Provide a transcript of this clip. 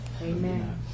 Amen